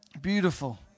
Beautiful